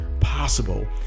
possible